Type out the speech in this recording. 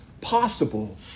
possible